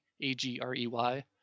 A-G-R-E-Y